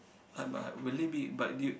ah but will it be but did you